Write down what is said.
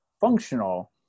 functional